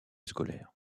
scolaire